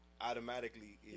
automatically